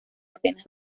apenas